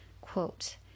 Quote